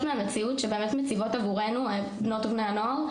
מהמציאות שבאמת מציבות עבורנו בנות ובני הנוער,